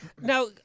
Now